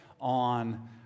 on